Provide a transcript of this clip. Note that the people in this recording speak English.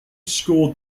scored